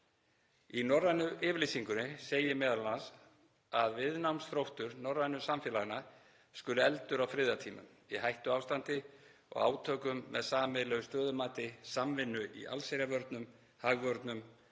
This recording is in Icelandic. Í norrænu yfirlýsingunni segir meðal annars að viðnámsþróttur norrænu samfélaganna skuli efldur á friðartímum, í hættuástandi og átökum með „sameiginlegu stöðumati, samvinnu í allsherjarvörnum, hagvörnum